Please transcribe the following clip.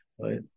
Right